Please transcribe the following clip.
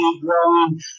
growing